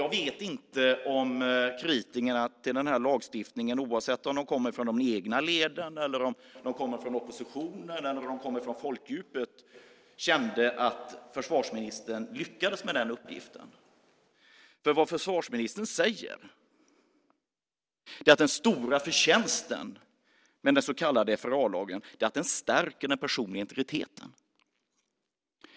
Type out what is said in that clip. Jag vet inte om kritikerna av den här lagstiftningen, oavsett om de kommer från de egna leden, från oppositionen eller från folkdjupet, kände att försvarsministern lyckades med den uppgiften. Vad försvarsministern säger är nämligen att den stora förtjänsten med den så kallade FRA-lagen är att den stärker den personliga integriteten.